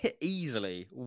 easily